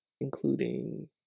including